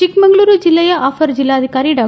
ಚಿಕ್ಕಮಗಳೂರು ಜಿಲ್ಲೆಯ ಅಪರ ಜಿಲ್ಲಾಧಿಕಾರಿ ಡಾ